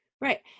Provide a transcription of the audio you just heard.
Right